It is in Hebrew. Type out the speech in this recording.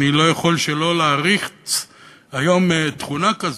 אני לא יכול שלא להעריך/להעריץ היום תכונה כזאת.